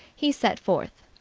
he set forth.